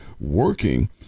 working